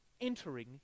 entering